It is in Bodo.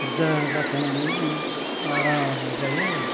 जायाजाथों होननानै जों आरामै जायो आरो